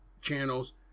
channels